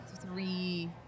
three